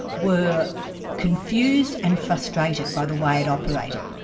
were confused and frustrated by the way it operated.